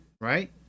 right